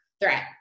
threat